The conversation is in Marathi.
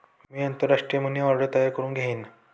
मी आंतरराष्ट्रीय मनी ऑर्डर तयार करुन घेईन